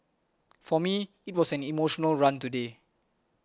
for me it was an emotional run today